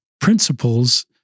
principles